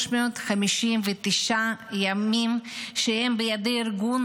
359 ימים שהם בידי ארגון